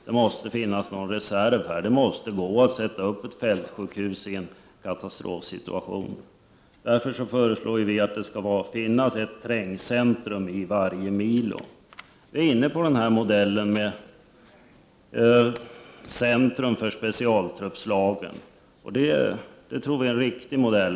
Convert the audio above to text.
Det måste finnas reserver, och det måste gå att upprätta ett fältsjukhus i en katastrofsituation. Miljöpartiet föreslår därför att det skall finnas ett trängcentrum i varje milo. Miljöpartiet har en modell med centrum för de olika specialtruppslagen. Vi tror att detta är en en riktig modell.